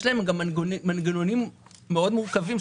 להם גם מנגנונים מאוד מורכבים לפיצוי,